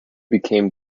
became